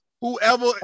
Whoever